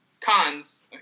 cons